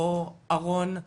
או ארון להט"בי,